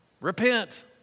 Repent